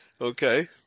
Okay